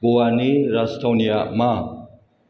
गवानि राजथावनिया मा